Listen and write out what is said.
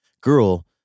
girl